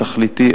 תכליתי,